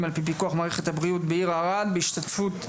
על פיקוח מערכת הבריאות בעיר ערד בהשתתפות השרים,